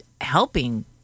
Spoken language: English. helping